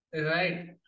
Right